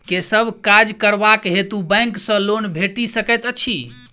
केँ सब काज करबाक हेतु बैंक सँ लोन भेटि सकैत अछि?